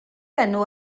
enw